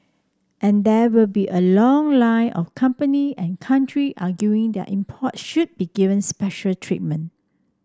and there will be a long line of company and country arguing their imports should be given special treatment